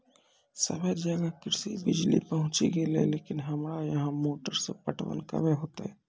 सबे जगह कृषि बिज़ली पहुंची गेलै लेकिन हमरा यहाँ मोटर से पटवन कबे होतय?